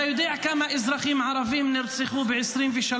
אתה יודע כמה אזרחים ערבים נרצחו ב-2023?